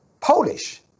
Polish